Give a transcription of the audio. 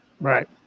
Right